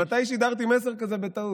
מתי שידרתי מסר כזה בטעות?